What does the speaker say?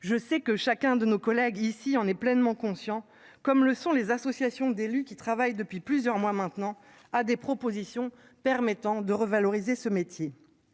Je sais que chacun de nos collègues ici en est pleinement conscient comme le sont les associations d'élus qui travaille depuis plusieurs mois maintenant à des propositions permettant de revaloriser ce métier.